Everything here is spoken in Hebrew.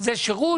זה שירות